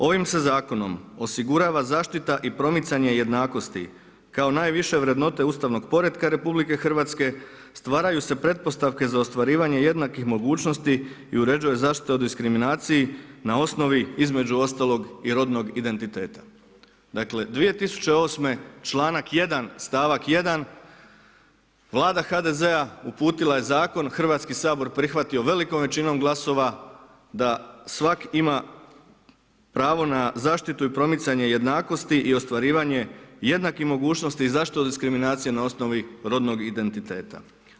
Ovim se zakonom osigurava zaštita i promicanje jednakosti kao najviše vrednote ustavnog poretka RH, stvaraju se pretpostavke za ostvarivanje jednakih mogućnosti i uređuje zaštita o diskriminaciji na osnovi između ostalog i rodnog identiteta.“ Dakle, 2008. članak 1. stavak 1. Vlada HDZ-a uputila je zakon, Hrvatski sabor prihvatio velikom većinom glasova da svak ima pravo na zaštitu i promicanje jednakosti i ostvarivanje jednakih mogućnosti i zaštitu od diskriminacije na osnovi rodnog identiteta.